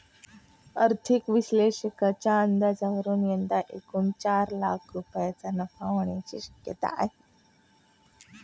आर्थिक विश्लेषकांच्या अंदाजावरून यंदा एकूण चार लाख रुपयांचा नफा होण्याची शक्यता आहे